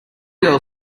girl